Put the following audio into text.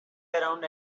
around